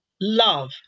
love